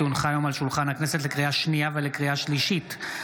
כי הונחה היום על שולחן הכנסת לקריאה שנייה ולקריאה שלישית,